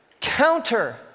counter